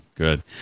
Good